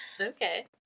Okay